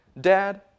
Dad